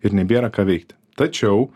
ir nebėra ką veikti tačiau